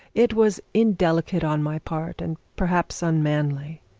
it was indelicate on my part, and perhaps unmanly.